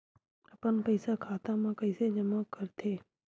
अपन पईसा खाता मा कइसे जमा कर थे?